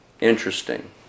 Interesting